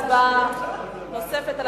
אנחנו עוברים להצבעה נוספת,